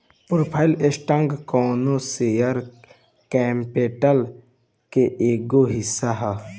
preferred stock कौनो share capital के एगो हिस्सा ह